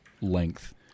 length